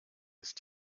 ist